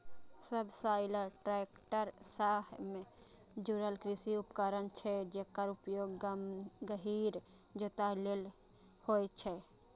subsoiler tractor सं जुड़ल कृषि उपकरण छियै, जेकर उपयोग गहींर जोताइ लेल होइ छै